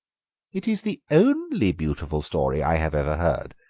it is the only beautiful story i have ever heard,